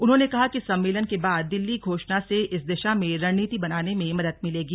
उन्होंने कहा कि सम्मेलन के बाद दिल्ली घोषणा से इस दिशा में रणनीति बनाने में मदद मिलेगी